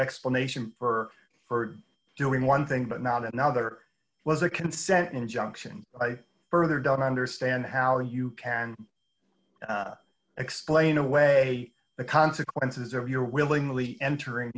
explanation for for doing one thing but not another was a consent injunction further don't understand how you can explain away the consequences of your willingly entering